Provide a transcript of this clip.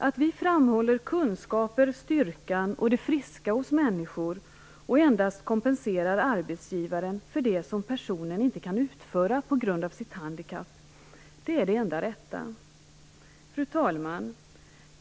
Att vi framhåller kunskaperna, styrkan och det friska hos människor och endast kompenserar arbetsgivaren för det som personen inte kan utföra på grund av sitt handikapp - det är det enda rätta. Fru talman!